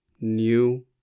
new